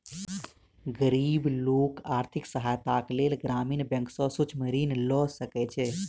गरीब लोक आर्थिक सहायताक लेल ग्रामीण बैंक सॅ सूक्ष्म ऋण लय सकै छै